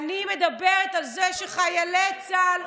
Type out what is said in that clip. אני מדברת על זה שחיילי צה"ל,